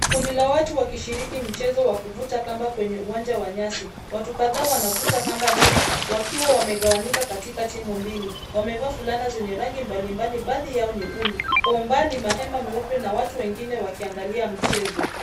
Kundi la watu wakishiriki mchezo wa kuvuta kamba kwenye uwanja wa nyasi. Watu kadhaa wanavuta kamba nene wakiwa wamegawanyika katika timu mbili. Wamevaa fulana zenye rangi mbalimbali baadhi yao nyekundu. Kwa umbali mahema meupe na watu wengine wakiangalia mchezo.